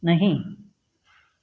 नहीं